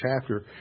chapter